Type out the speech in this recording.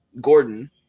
Gordon